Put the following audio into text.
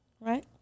right